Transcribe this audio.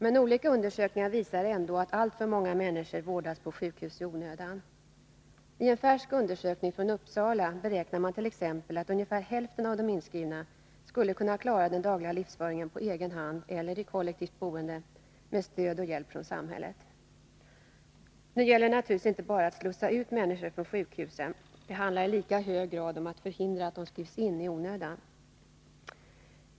Men olika undersökningar visar ändå att alltför många människor vårdas på sjukhus i onödan. I en färsk undersökning från Uppsala beräknar man t.ex. att ungefär hälften av de inskrivna skulle kunna klara den dagliga livsföringen på egen hand eller i kollektivt boende, med stöd och hjälp från samhället. Det gäller naturligtvis inte bara att slussa ut människor från sjukhusen. Det handlar i lika hög grad om att förhindra att de skrivs in i onödan.